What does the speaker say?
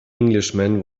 englishman